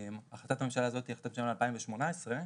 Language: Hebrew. לגבי החלטת הממשלה משנת 2018,